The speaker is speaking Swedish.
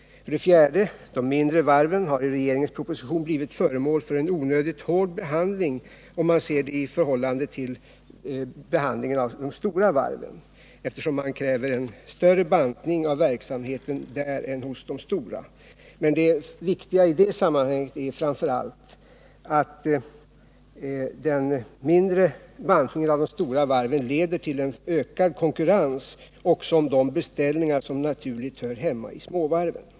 För det fjärde har de mindre varven i regeringens proposition blivit föremål för en onödigt hård behandling, om man ser det i förhållande till behandlingen av de stora varven, eftersom man kräver en större bantning av verksamheten hos de mindre varven än hos de stora. Men det viktiga i det sammanhanget är framför allt att den mindre bantningen av de stora varven leder till ökad konkurrens också om de beställningar som naturligt hör hemma i småvarven.